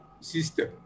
system